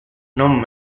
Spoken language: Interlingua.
non